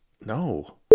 No